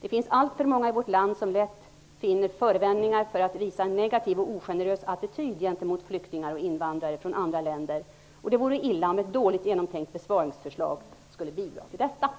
Det finns alltför många i vårt land som lätt finner förevändningar för att visa en negativ och ogenerös attityd gentemot flyktingar och invandrare från andra länder, och det vore illa om ett dåligt genomtänkt besparingsförslag skulle bidra till detta.